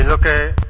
ah ok